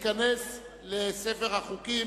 ותיכנס לספר החוקים.